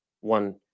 one